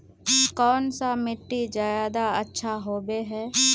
कौन सा मिट्टी ज्यादा अच्छा होबे है?